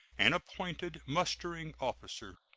and appointed mustering officer.